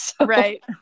Right